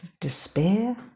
despair